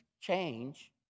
change